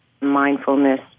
mindfulness